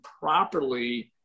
properly –